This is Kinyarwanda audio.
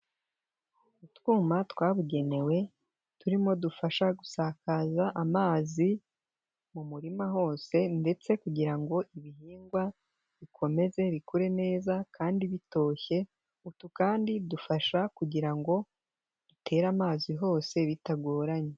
Utwuma twabugenewe turimo dufasha gusakaza amazi mu murima hose ndetse kugira ngo ibihingwa bikomeze bikure neza kandi bitoshye, utu kandi dufasha kugira ngo dutere amazi hose bitagoranye.